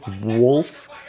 Wolf